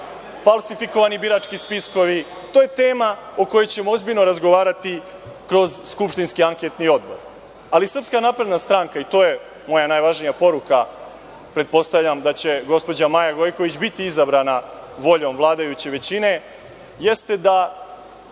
falsifikovani birački spiskovi. To je tema o kojoj ćemo ozbiljno razgovarati kroz skupštinski anketni odbor. Srpska napredna stranka, i to je moja najvažnija poruka, pretpostavljam da će gospođa Maja Gojković biti izabrana voljom vladajuće većine, jeste da